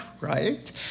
right